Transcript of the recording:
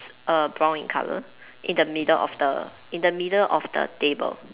err brown in colour in the middle of the in the middle of the table